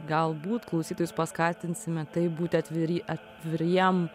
galbūt klausytojus paskatinsime taip būti atviri atviriem